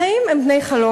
החיים הם בני-חלוף,